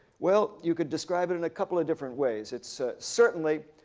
well, you could describe it in a couple of different ways. it's certainly